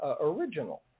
original